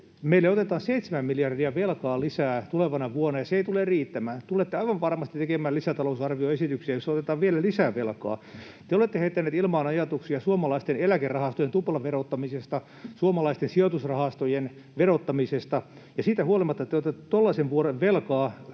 Meille otetaan 7 miljardia lisää velkaa tulevana vuonna, ja se ei tule riittämään. Tulette aivan varmasti tekemään lisätalousarvioesityksiä, joissa otetaan vielä lisää velkaa. Te olette heittäneet ilmaan ajatuksia suomalaisten eläkerahastojen tuplaverottamisesta, suomalaisten sijoitusrahastojen verottamisesta, ja siitä huolimatta te otatte tuollaisen vuoren velkaa,